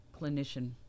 clinician